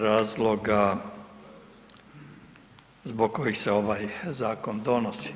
razloga zbog kojih se ovaj zakon donosi.